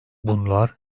bunlar